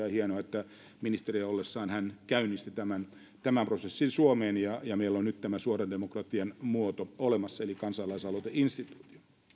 on hienoa että ministerinä ollessaan hän käynnisti tämän tämän prosessin suomeen ja ja meillä on nyt olemassa tämä suoran demokratian muoto eli kansalaisaloiteinstituutio